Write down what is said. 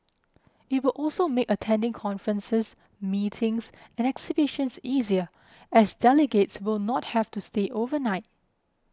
it will also make attending conferences meetings and exhibitions easier as delegates will not have to stay overnight